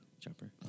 Chopper